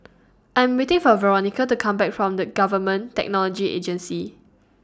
I'm waiting For Veronica to Come Back from The Government Technology Agency